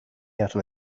arna